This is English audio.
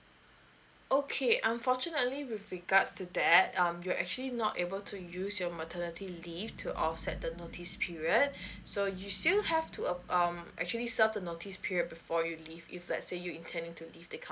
okay unfortunately with regards to that um you're actually not able to use your maternity leave to offset the notice period so you still have to uh um actually serve the notice period before you leave if let's say you intending to leave the company